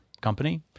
company